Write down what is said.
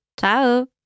Ciao